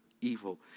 evil